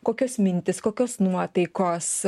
kokios mintys kokios nuotaikos